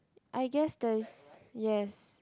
I guess there is yes